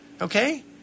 okay